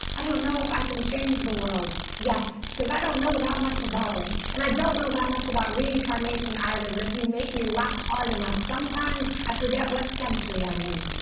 i don't know if i can change the world yet because i don't know that much about it and i don't know that much about reincarnation either, but if you make me laugh hard enough, sometimes i forget what century i'm in.